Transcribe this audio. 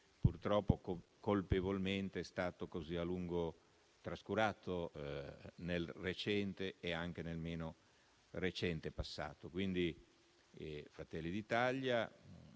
purtroppo, colpevolmente, è stato così a lungo trascurato nel recente e anche nel meno recente passato. Il Gruppo Fratelli d'Italia